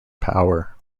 power